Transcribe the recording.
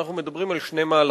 אנחנו מדברים על שני מהלכים.